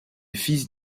fils